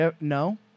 No